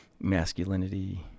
masculinity